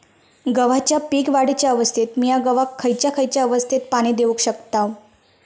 गव्हाच्या पीक वाढीच्या अवस्थेत मिया गव्हाक खैयचा खैयचा अवस्थेत पाणी देउक शकताव?